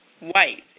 white